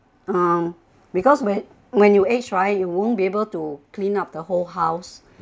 um because when when you aged right you won't be able to clean up the whole house